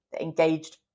engaged